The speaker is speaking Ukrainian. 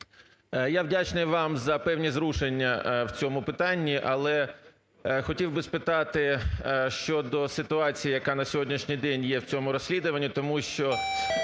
Я вдячний вам за певні зрушення в цьому питанні, але хотів би спитати щодо ситуації, яка на сьогоднішній день є в цьому розслідуванні. Тому що